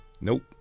Nope